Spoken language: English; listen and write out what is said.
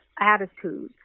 attitudes